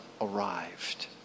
arrived